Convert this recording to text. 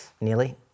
Nearly